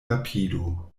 rapidu